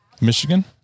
Michigan